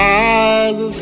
eyes